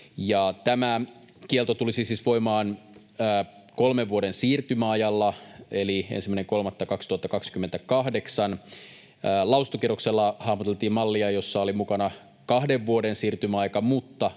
Tämä kielto tulisi siis voimaan kolmen vuoden siirtymäajalla eli 1.3.2028. Lausuntokierroksella hahmoteltiin mallia, jossa oli mukana kahden vuoden siirtymäaika